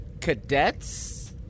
Cadets